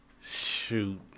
shoot